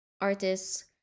artist's